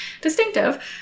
distinctive